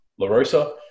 LaRosa